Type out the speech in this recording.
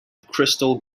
crystal